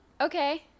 Okay